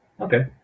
Okay